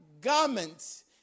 garments